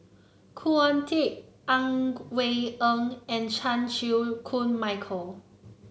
Khoo Oon Teik Ang Wei Neng and Chan Chew Koon Michael